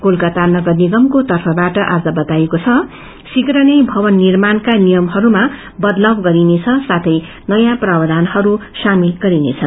कोलकाता नगरनिगयको तर्फबाट आज बताईएको छ कि शीघ्र नै भवन निर्माणका नियमहरूमा बदलाव गर्नेछ र नयाँ प्रावधान सामेल गर्नेछ